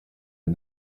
and